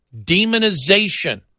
demonization